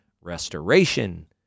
restoration